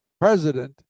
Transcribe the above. president